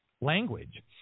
language